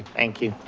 thank you.